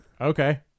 okay